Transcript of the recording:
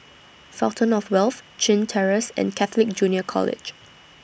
Fountain of Wealth Chin Terrace and Catholic Junior College